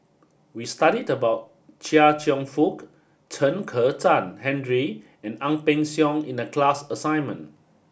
we studied about Chia Cheong Fook Chen Kezhan Henri and Ang Peng Siong in the class assignment